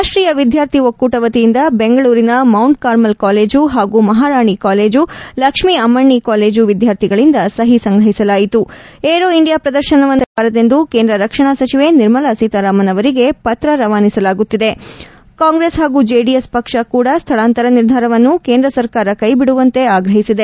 ರಾಷ್ಷೀಯ ವಿದ್ಯಾರ್ಥಿ ಒಕ್ಕೂಟವತಿಯಿಂದ ಬೆಂಗಳೂರಿನ ಮೌಂಟ್ ಕಾರ್ಮಲ್ ಕಾಲೇಜು ಹಾಗೂ ಮಹಾರಾಣಿ ಕಾಲೇಜು ಲಕ್ಷೀ ಅಮ್ನಣಿ ಕಾಲೇಜು ವಿದ್ಯಾರ್ಥಿಗಳಿಂದ ಸಹಿ ಸಂಗ್ರಹಿಸಲಾಯಿತು ಏರೋ ಇಂಡಿಯಾ ಪ್ರದರ್ಶನವನ್ನು ಸ್ವಳಾಂತರಿಸಬಾರದೆಂದು ಕೇಂದ್ರ ರಕ್ಷಣಾ ಸಚವೆ ನಿರ್ಮಲಾ ಸೀತಾರಾಮನ್ ಅವರಿಗೆ ಪತ್ರ ರವಾನಿಸಲಾಗುತ್ತಿದೆ ಕಾಂಗ್ರೆಸ್ ಹಾಗೂ ಜೆಡಿಎಸ್ ಪಕ್ಷ ಕೂಡ ಸ್ವಳಾಂತರ ನಿರ್ಧಾರವನ್ನು ಕೇಂದ್ರ ಸರ್ಕಾರ ಕೈ ಬಿಡುವಂತೆ ಆಗ್ರಹಿಸಿದ್ದಾರೆ